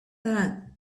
that